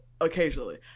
occasionally